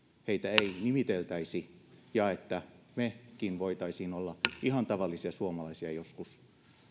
heitä ei nimiteltäisi ja että mekin voisimme olla ihan tavallisia suomalaisia joskus